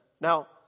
Now